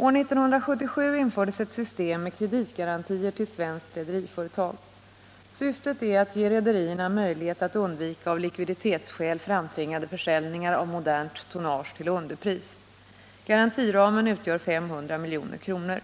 År 1977 infördes ett system med kreditgarantier till svenskt rederiföretag. Syftet är att ge rederierna möjlighet att undvika av likviditetsskäl framtvingade försäljningar av modernt tonnage till underpris. Garantiramen utgör 500 milj.kr.